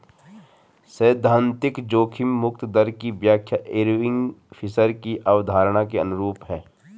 सैद्धांतिक जोखिम मुक्त दर की व्याख्या इरविंग फिशर की अवधारणा के अनुरूप है